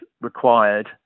required